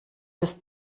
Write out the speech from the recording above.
ist